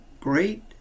great